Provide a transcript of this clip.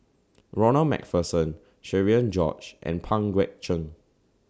Ronald MacPherson Cherian George and Pang Guek Cheng